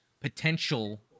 potential